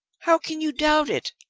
how can you doubt it?